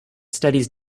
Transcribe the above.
studies